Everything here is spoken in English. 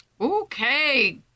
Okay